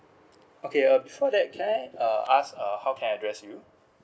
okay uh before that can I uh ask uh how can I address you